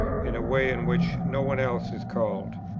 in a way in which no one else is called?